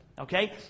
Okay